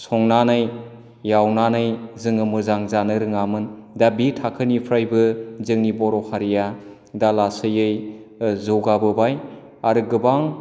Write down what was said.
संनानै एवनानै जोङो मोजां जानो रोङामोन दा बे थाखोनिफ्रायबो जोंनि बर' हारिया दा लासैयै जौगाबोबाय आरो गोबां